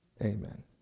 amen